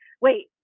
wait